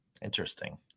Interesting